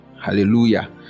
Hallelujah